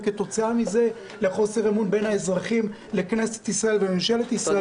וכתוצאה מזה לחוסר אמון בין האזרחים לכנסת ישראל ולממשלת ישראל.